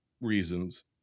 reasons